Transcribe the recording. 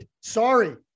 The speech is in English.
Sorry